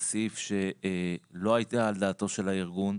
זה סעיף שלא היה על דעתו של הארגון,